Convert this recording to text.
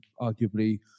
arguably